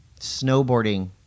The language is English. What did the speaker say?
snowboarding